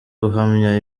uhamya